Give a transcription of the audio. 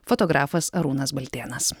fotografas arūnas baltėnas